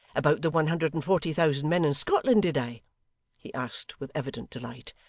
about the one hundred and forty thousand men in scotland, did i he asked with evident delight.